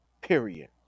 Period